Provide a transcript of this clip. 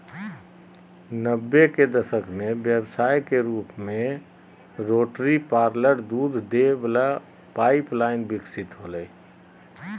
नब्बे के दशक में व्यवसाय के रूप में रोटरी पार्लर दूध दे वला पाइप लाइन विकसित होलय